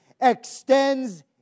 extends